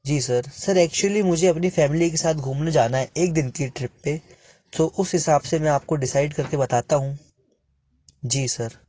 जी sir sir actually मुझे अपनी family के साथ घूमने जाना है एक दिन की ट्रिप पर सो उस हिसाब से मैं आपको डिसाइड कर के बताता हूँ जी सर